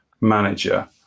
manager